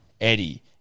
Eddie